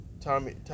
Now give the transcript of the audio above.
Tommy